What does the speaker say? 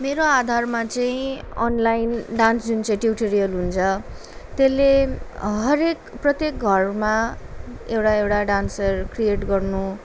मेरो आधारमा चाहिँ अनलाइन डान्स जुन चाहिँ ट्युटोरियल हुन्छ त्यसले हरेक प्रत्येक घरमा एउटा एउटा डान्सर क्रिएट गर्नु